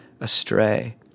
astray